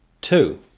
two